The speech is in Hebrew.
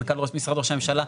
מנכ"ל משרד ראש הממשלה,